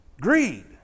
Greed